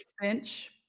bench